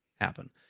happen